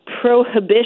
prohibition